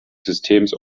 systems